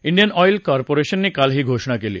Indian Oil कॉर्पोरेशननं काल ही घोषणा केली